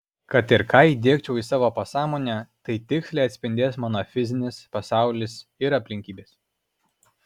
kad ir ką įdiegčiau į savo pasąmonę tai tiksliai atspindės mano fizinis pasaulis ir aplinkybės